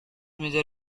major